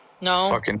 No